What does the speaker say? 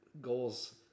goals